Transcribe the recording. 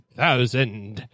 thousand